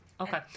Okay